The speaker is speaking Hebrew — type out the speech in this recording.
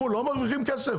בחו"ל לא מרוויחים כסף,